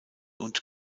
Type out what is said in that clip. und